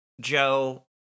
Joe